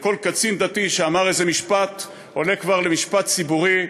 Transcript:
כל קצין דתי שאמר איזה משפט עולה כבר למשפט ציבורי,